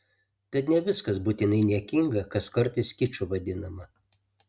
tad ne viskas būtinai niekinga kas kartais kiču vadinama